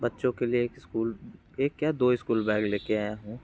बच्चों के लिए एक स्कूल एक क्या दो स्कूल बैग लेकर आया हूँ